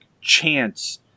chance